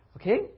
okay